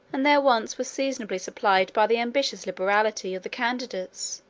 and their wants were seasonably supplied by the ambitious liberality of the candidates,